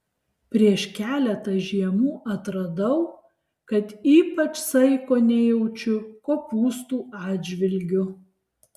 prieš keletą žiemų atradau kad ypač saiko nejaučiu kopūstų atžvilgiu